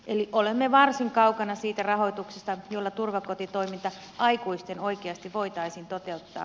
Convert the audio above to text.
eli olemme varsin kaukana siitä rahoituksesta jolla turvakotitoiminta aikuisten oikeasti voitaisiin toteuttaa